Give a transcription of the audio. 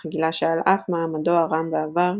אך גילה שעל אף מעמדו הרם בעבר,